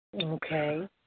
Okay